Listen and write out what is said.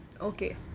Okay